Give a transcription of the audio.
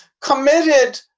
committed